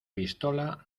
pistola